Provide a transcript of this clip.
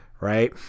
Right